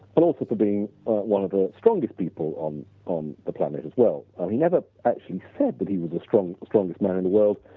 but also for being one of the strongest people um on the planet as well. um he never actually said that but he was the strongest strongest man in the world,